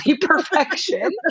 perfection